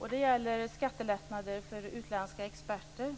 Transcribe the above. om. Den gäller skattelättnader för utländska experter.